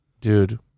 dude